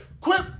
Quit